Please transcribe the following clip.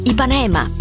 Ipanema